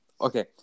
okay